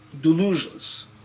delusions